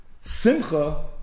simcha